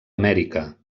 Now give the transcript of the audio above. amèrica